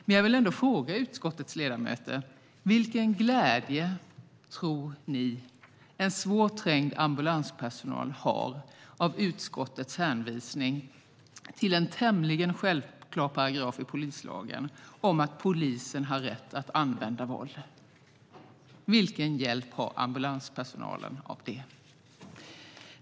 Men jag vill ändå fråga utskottets ledamöter: Vilken glädje tror ni att svårt trängd ambulanspersonal har av utskottets hänvisning till en tämligen självklar paragraf i polislagen om att polisen har rätt att använda våld? Vilken hjälp har ambulanspersonalen av det?